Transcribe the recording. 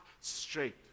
straight